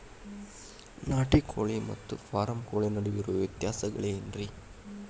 ನಾಟಿ ಕೋಳಿ ಮತ್ತ ಫಾರಂ ಕೋಳಿ ನಡುವೆ ಇರೋ ವ್ಯತ್ಯಾಸಗಳೇನರೇ?